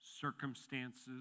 circumstances